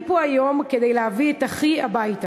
אני פה היום כדי להביא את אחי הביתה.